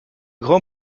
grand